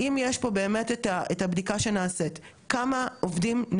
כמה עובדים ניכו להם שעדיין נמצאים בישראל,